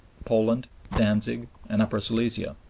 poland, danzig, and upper silesia.